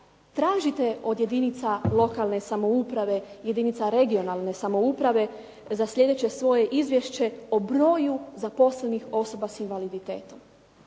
tražite od jedinica lokalne samouprave, jedinica regionalne samouprave za sljedeće svoje izvješće o broju zaposlenih osoba sa invaliditetom.